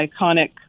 iconic